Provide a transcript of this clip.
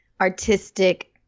artistic